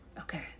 Okay